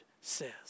says